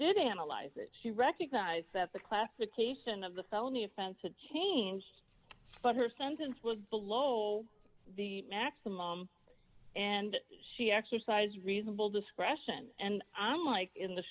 did analyze it she recognized that the classification of the felony offense to change but her sentence was below the maximum and she exercised reasonable discretion and i'm like in the